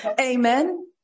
Amen